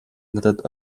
надад